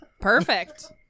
Perfect